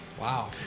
Wow